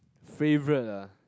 favorite ah